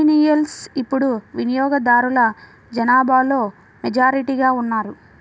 millennials ఇప్పుడు వినియోగదారుల జనాభాలో మెజారిటీగా ఉన్నారు